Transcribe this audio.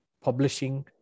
publishing